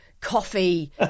coffee